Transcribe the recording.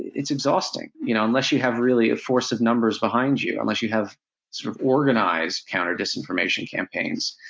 it's exhausting, you know, unless you have really a force of numbers behind you, unless you have sort of organized counter disinformation campaigns.